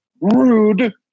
Rude